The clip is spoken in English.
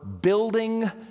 building